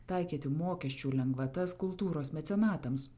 taikyti mokesčių lengvatas kultūros mecenatams